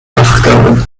afgekomen